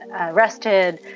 arrested